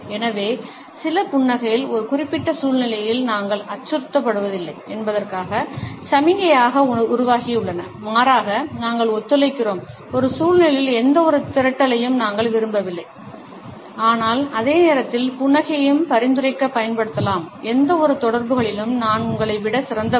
எனவே சில புன்னகைகள் ஒரு குறிப்பிட்ட சூழ்நிலையில் நாங்கள் அச்சுறுத்தப்படுவதில்லை என்பதற்கான சமிக்ஞையாக உருவாகியுள்ளன மாறாக நாங்கள் ஒத்துழைக்கிறோம் ஒரு சூழ்நிலையில் எந்தவொரு திரட்டலையும் நாங்கள் விரும்பவில்லை ஆனால் அதே நேரத்தில் புன்னகையையும் பரிந்துரைக்க பயன்படுத்தலாம் எந்தவொரு தொடர்புகளிலும் நான் உங்களை விட சிறந்தவன்